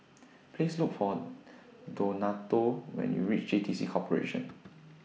Please Look For Donato when YOU REACH J T C Corporation